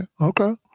okay